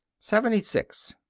seventy six.